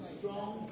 strong